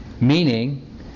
Meaning